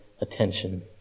attention